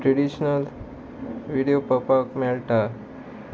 traditional video पळोवपाक मेळटा